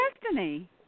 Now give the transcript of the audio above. destiny